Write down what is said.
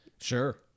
Sure